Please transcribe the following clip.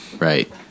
right